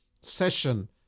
session